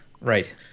right